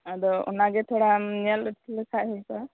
ᱟᱫᱚ ᱚᱱᱟ ᱜᱮ ᱛᱷᱚᱲᱟᱢ ᱧᱮᱞ ᱚᱴᱚ ᱞᱮᱠᱷᱟᱡ ᱦᱩᱭ ᱠᱚᱜᱼᱟ